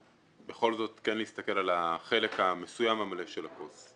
בכל זאת כן להסתכל על החלק המסוים המלא של הכוס.